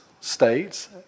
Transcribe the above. states